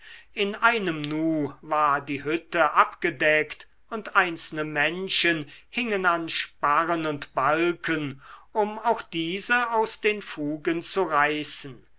in einem nu war die hütte abgedeckt und einzelne menschen hingen an sparren und balken um auch diese aus den fugen zu reißen